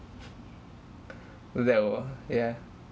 that wa~ ya